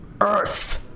earth